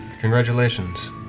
Congratulations